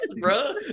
bro